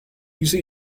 diese